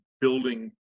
building